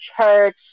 church